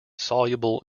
soluble